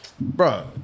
bro